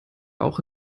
auch